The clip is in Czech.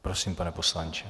Prosím, pane poslanče.